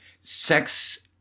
Sex